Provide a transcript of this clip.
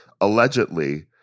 allegedly